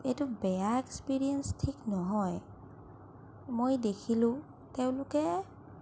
এইটো বেয়া এক্সপিৰিয়েন্স ঠিক নহয় মই দেখিলো তেওঁলোকে